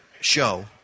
show